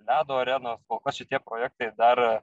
ledo arenos kol kas šitie projektai dar